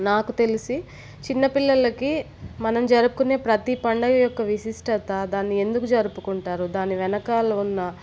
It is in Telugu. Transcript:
నాకు తెలిసి చిన్నపిల్లలకి మనం జరుపుకొనే ప్రతి పండగయొక్క విశిష్టత దాన్ని ఎందుకు జరుపుకుంటారో దాని వెనకాల ఉన్న